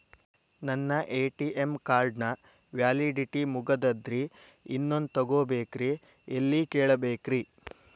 ನನ್ನ ATM card ನ validity ಮುಗದದ್ರಿ ಇನ್ನೊಂದು ತೊಗೊಬೇಕ್ರಿ ಎಲ್ಲಿ ಕೇಳಬೇಕ್ರಿ?